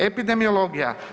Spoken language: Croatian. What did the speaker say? Epidemiologija.